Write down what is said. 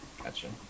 Gotcha